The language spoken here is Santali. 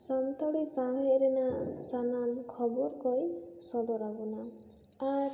ᱥᱟᱱᱛᱟᱲᱤ ᱥᱟᱶᱦᱮᱫ ᱨᱮᱱᱟᱜ ᱥᱟᱱᱟᱢ ᱠᱷᱚᱵᱚᱨ ᱠᱚ ᱥᱚᱫᱚᱨ ᱟᱵᱚᱱᱟ ᱟᱨ